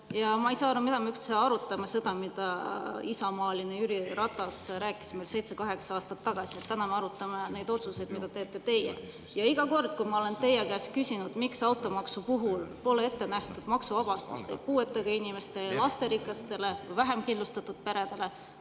Ja ma ei saa aru, mida me üldse arutame seda, mida isamaalane Jüri Ratas rääkis, ma ei tea, seitse-kaheksa aastat tagasi. Täna me arutame neid otsuseid, mida teete teie. Iga kord, kui ma olen teie käest küsinud, miks automaksu puhul pole ette nähtud maksuvabastust ei puuetega inimestele, lasterikastele vähem kindlustatud peredele,